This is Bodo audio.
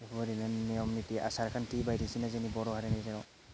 बेखौ ओरैनो नियम निति आसार खान्थि बायदिसिना जोंनि बर' हारिनि जा